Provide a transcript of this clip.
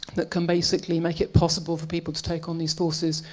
that can basically make it possible for people to take on these forces.